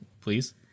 Please